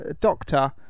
Doctor